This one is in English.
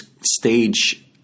stage